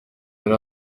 yari